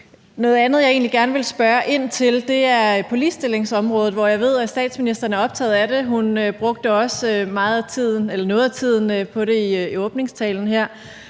Noget andet, jeg egentlig gerne vil spørge ind til, er ligestillingsområdet, hvor jeg ved at statsministeren er optaget af det. Hun brugte også meget eller noget af tiden på det i åbningstalen her.